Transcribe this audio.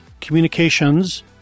communications